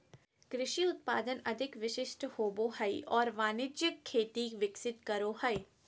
कृषि उत्पादन अधिक विशिष्ट होबो हइ और वाणिज्यिक खेती विकसित करो हइ